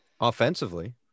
Offensively